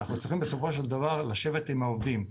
אנחנו צריכים בסופו של דבר לשבת עם העובדים.